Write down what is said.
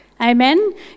Amen